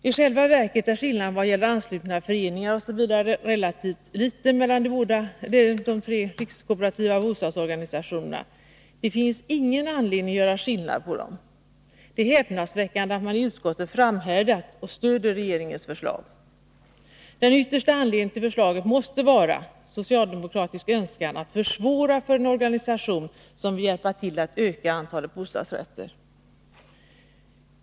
I själva verket är skillnaden beträffande anslutna föreningar osv. relativt liten mellan de tre rikskooperativa bostadsorganisationerna. Det finns ingen anledning att göra skillnad på dem. Det är häpnadsväckande att man i utskottet framhärdat och stöder regeringens förslag. Den yttersta anledningen till förslaget måste vara en socialdemokratisk önskan att försvåra för en organisation som vill hjälpa till att öka antalet bostadsrätter.